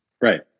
Right